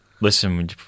Listen